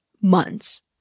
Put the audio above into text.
Months